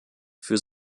für